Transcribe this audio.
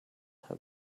have